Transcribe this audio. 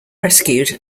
rescued